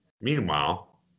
Meanwhile